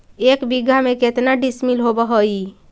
एक बीघा में केतना डिसिमिल होव हइ?